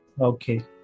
Okay